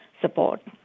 support